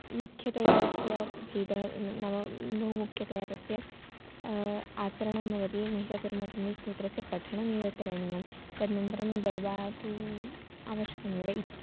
मुख्यतया तस्य भेदः नाम बहु मुख्यतया तस्य आचरणं भवति महिषासुर्मर्दिनी स्तोत्रस्य पठनमेव करणीयं तदनन्तरं दर्बा तु आवश्यकमेव इति